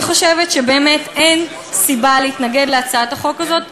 אני חושבת שבאמת אין סיבה להתנגד להצעת החוק הזאת,